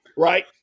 Right